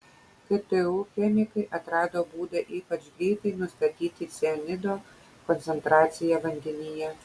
ktu chemikai atrado būdą ypač greitai nustatyti cianido koncentraciją vandenyje